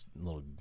little